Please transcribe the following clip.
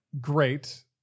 Great